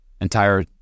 entire